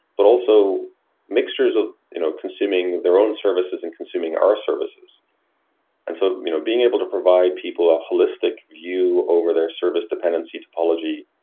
but also mixtures of you know consuming their own services and consuming our services and so you know being able to provide people a holistic view over their service dependency topology,